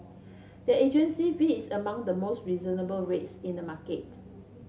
their agency fee is among the most reasonable rates in the market